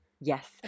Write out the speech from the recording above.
Yes